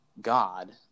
God